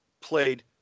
played